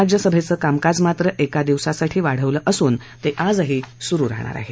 राज्यसभेचं कामकाज मात्र एका दिवसासाठी वाढवलं असून ते आजही सुरु राहणार आहे